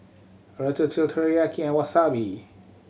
Ratatouille Teriyaki and Wasabi